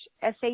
SAT